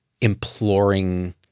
imploring